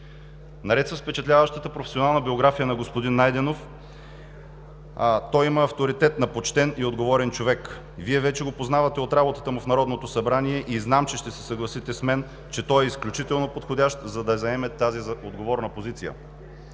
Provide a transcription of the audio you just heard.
Наред с впечатляващата професионална биография на господин Найденов, той има авторитет на почтен и отговорен човек. Вие вече го познавате от работата му в Народното събрание и знам, че ще се съгласите с мен, че той е изключително подходящ да заеме тази отговорна позиция.